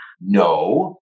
No